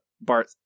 Bart